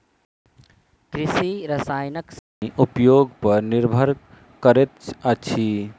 कृषि रसायनक श्रेणी उपयोग पर निर्भर करैत अछि